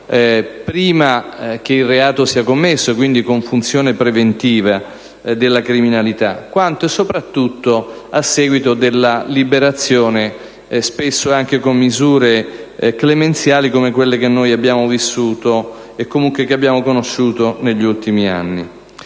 prima che il reato sia commesso, quindi con funzione preventiva della criminalità, quanto e soprattutto a seguito della liberazione, spesso anche con misure clemenziali, come quelle che noi abbiamo vissuto e comunque che abbiamo conosciuto negli ultimi anni.